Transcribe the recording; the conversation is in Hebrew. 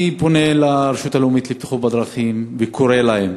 אני פונה אל הרשות הלאומית לבטיחות בדרכים וקורא להם